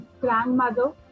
grandmother